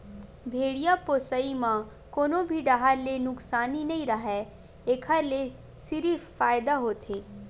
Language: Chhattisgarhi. भेड़िया पोसई म कोनो भी डाहर ले नुकसानी नइ राहय एखर ले सिरिफ फायदा होथे